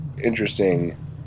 interesting